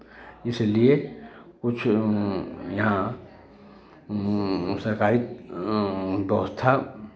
इसलिए कुछ यहाँ सरकारी व्यवस्था